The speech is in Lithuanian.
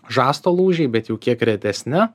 žasto lūžiai bet jau kiek retesni